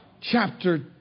Chapter